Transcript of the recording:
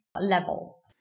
level